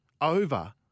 over